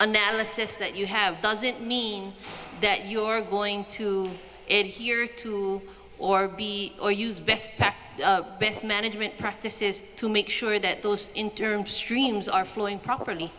analysis that you have doesn't mean that you're going to end here two or b or use best best management practices to make sure that those interim streams are flowing properly